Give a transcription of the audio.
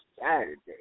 Saturday